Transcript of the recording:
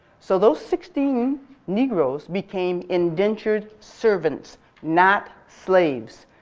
so those sixteen negros became indentured servants not slaves.